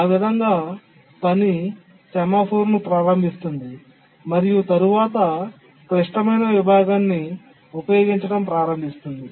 ఆ విధంగా పని సెమాఫోర్ను ప్రారంభిస్తుంది మరియు తరువాత క్లిష్టమైన విభాగాన్ని ఉపయోగించడం ప్రారంభిస్తుంది